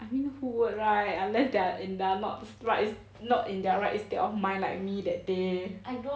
I mean who would right unless their in their not right not in their right state of mind like me that day